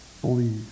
believe